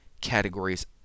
categories